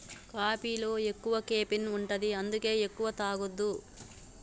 కాఫీలో ఎక్కువ కెఫీన్ ఉంటది అందుకే ఎక్కువ తాగొద్దు